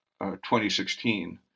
2016